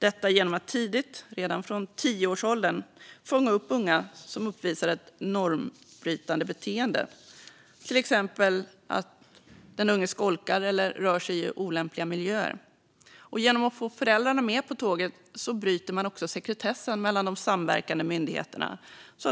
Detta ska ske genom att tidigt, redan från tioårsåldern, fånga upp unga som uppvisar ett normbrytande beteende, till exempel att den unge skolkar eller rör sig i olämpliga miljöer. Genom att få föräldrarna med på tåget bryts sekretessen mellan de samverkande myndigheterna.